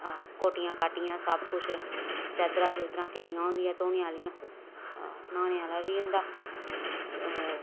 हां कोटियां काटियां सब कुछ चादरां चुदरां किन्नियां होंदियां धोने आह्लियां हां न्हाने आह्ला बी होंदा ते ओह्